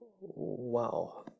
Wow